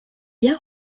bien